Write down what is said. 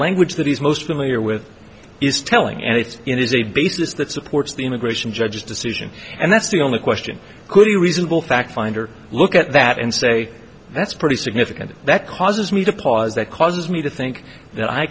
language that he's most familiar with is telling and it's in has a basis that supports the immigration judge's decision and that's the only question could be reasonable fact finder look at that and say that's pretty significant that causes me to pause that causes me to think that i